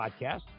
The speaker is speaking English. podcast